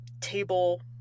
table